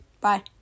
Bye